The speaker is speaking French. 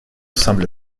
semble